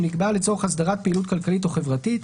שנקבעה לצורך הסדרת פעילות כלכלית או חברתית,